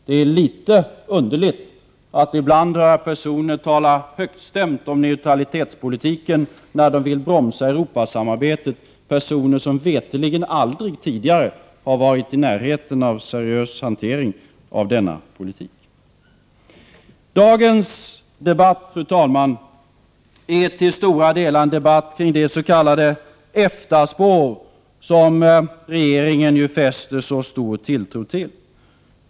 Det är litet underligt att ibland höra personer tala högstämt om neutralitetspolitiken när de vill bromsa Europasamarbetet, personer som veterligen aldrig tidigare har varit i närheten av seriös hantering av denna politik. Dagens debatt, fru talman, är till stora delar en debatt kring det s.k. EFTA-spår som regeringen fäster så stor tilltro till.